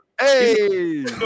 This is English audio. Hey